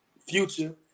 Future